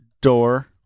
door